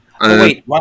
Wait